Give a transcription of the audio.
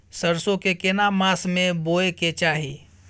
सरसो के केना मास में बोय के चाही?